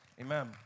Amen